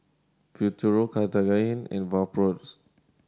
Futuro Cartigain and Vapodrops